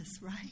right